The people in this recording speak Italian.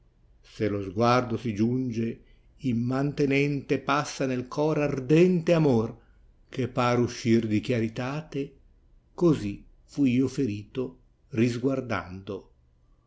se lo sguardo si giunge immantenente passa nel cor ardente amor che par uscir di eh irritate così fui io ferito risguardando